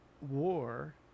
war